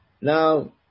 Now